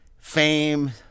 Fame